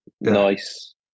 Nice